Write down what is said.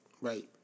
right